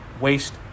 waste